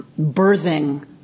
birthing